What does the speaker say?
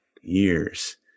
years